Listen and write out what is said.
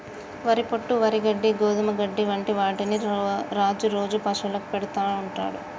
వరి పొట్టు, వరి గడ్డి, గోధుమ గడ్డి వంటి వాటిని రాజు రోజు పశువులకు పెడుతుంటాడు